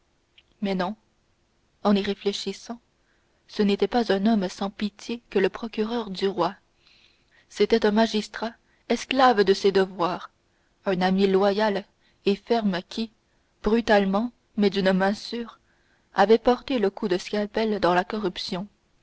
mais non en y réfléchissant ce n'était pas un homme sans pitié que le procureur du roi c'était un magistrat esclave de ses devoirs un ami loyal et ferme qui brutalement mais d'une main sûre avait porté le coup de scalpel dans la corruption